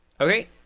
Okay